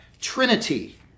Trinity